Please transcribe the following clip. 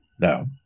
No